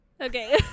Okay